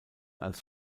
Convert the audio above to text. als